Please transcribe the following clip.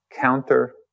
counter